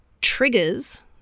triggers